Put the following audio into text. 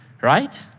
right